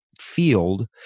field